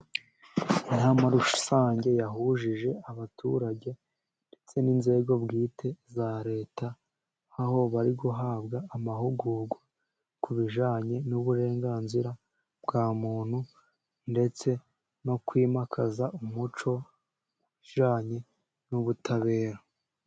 Inama rusange yahuje abaturage ndetse n'inzego bwite za leta, aho bari guhabwa amahugurwa ku bijyanye n'uburenganzira bwa muntu, ndetse no kwimakaza umuco ujyanye n'ubutabera.